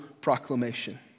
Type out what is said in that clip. proclamation